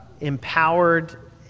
empowered